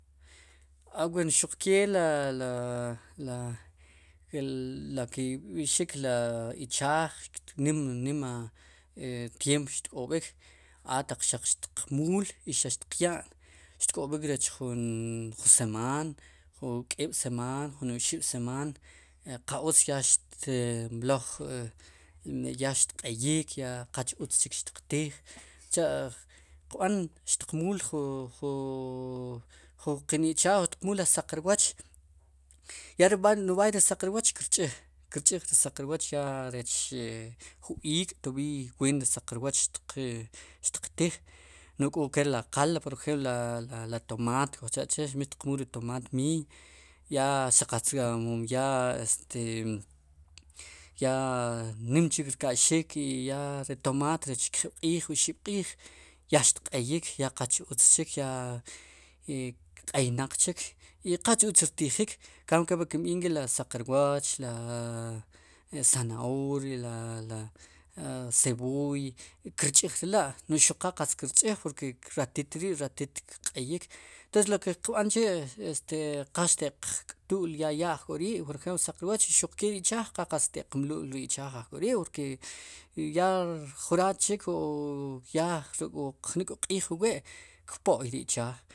Aween xuqke la, la la ke kb'ixik la ichaaj nim, nima tyeemp xtk'ob'ik ataq xqmuul xaq xtiqya'n xtk'ob'ik rech jun semaan ju k'eeb'semaan jun oxib'semaan qa utz ya xtmloj xt ya xtq'eyik ya qach utz chik xtiqtiij cha' qb'an qmuul ju juke ichaaj xtiqmuul ri saq rwooch ya ri b'ay ri saq rwooch kir ch'iij, kirch'ij ri saq rwooch rech jun iik'toviiy ween ri saq rwooch xtiq tiij n'oj k'o ke la qal por ejemplo la tomaant kujcha'che mit qmuul ri tomaat miiy ya si qatz mon ya este nim chik rka'ixik ri tomaan rech oxib'kjib'q'iij ya xtq'eyik ya qa utz chik i q'eynaq chik i qal utz rtijik enkamb'io kopli kinbp iij nk'i ri saq rwooch ri sanahoria la, la cebooy kir ch'iij re la' xuqal qatz kir ch'iij ratit ri kq'eyik entonces lo ke qb'an chi' qal xtiq k'tu'l yaya okk'orii' por ejemplo saq rwooch xuqke ri ichaaj qa qatz xti'qmlu'l ri ichaaj ojk'ori porke ya jun raat chik o ya ruk'wu jun jnik'wu q'iij wu we kpo'y ri ichaaj.